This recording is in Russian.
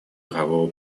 мирового